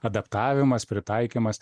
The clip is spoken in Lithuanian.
adaptavimas pritaikymas